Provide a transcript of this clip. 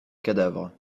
cadavre